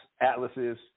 atlases